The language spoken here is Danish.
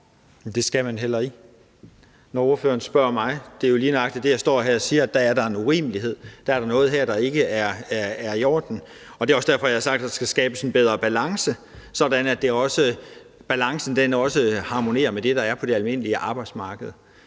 Det skal man heller ikke – når nu ordføreren spørger mig. Det er jo lige nøjagtig det, jeg står her og siger, altså at der er en urimelighed. Der er da noget her, der ikke er i orden. Og det er også derfor, jeg har sagt, at der skal skabes en bedre balance, sådan at det også harmonerer med det, der er på det almindelige arbejdsmarked.